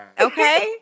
Okay